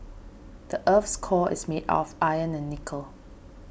the earth's core is made of iron and nickel